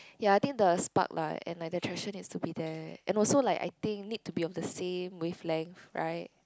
ya I think the spark lah and like the attraction needs to be there and also like I think need to be of the same wavelength right